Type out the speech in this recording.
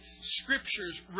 scriptures